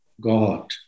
God